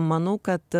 manau kad